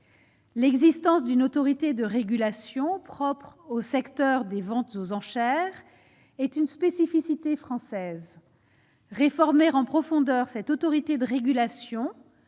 L'existence d'une autorité de régulation propres au secteur des ventes aux enchères est une spécificité française, réformer en profondeur cette autorité de régulation